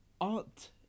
art